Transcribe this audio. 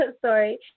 sorry